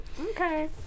okay